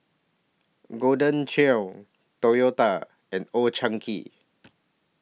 Golden Churn Toyota and Old Chang Kee